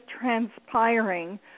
transpiring